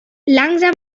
langsam